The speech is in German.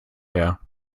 her